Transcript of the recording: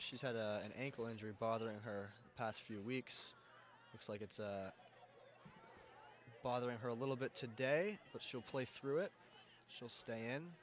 she's had an ankle injury bothering her past few weeks looks like it's bothering her a little bit today but she'll play through it she'll stay in